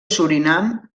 surinam